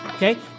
Okay